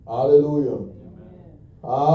Hallelujah